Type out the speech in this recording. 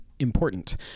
important